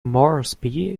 moresby